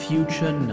Future